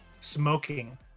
smoking